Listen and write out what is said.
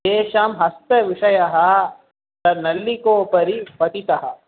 तेषां हस्तविषयः तन्नल्लिकोपरि पतितः